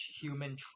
human